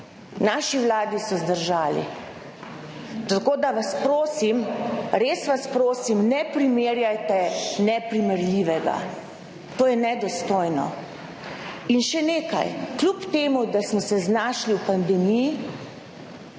naši vladi so zdržali. Tako, da vas prosim, res vas prosim, ne primerjajte neprimerljivega, to je nedostojno. In še nekaj, kljub temu, da smo se znašli v pandemiji